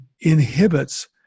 inhibits